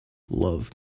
love